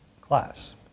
class